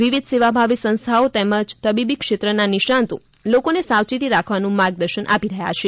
વિવિધ સેવાભાવી સંસ્થાઓ તેમજ તબીબી ક્ષેત્રના નિષ્ણાતો લોકોને સાવચેતી રાખવાનું માર્ગદર્શન આપી રહ્યા છે